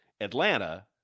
Atlanta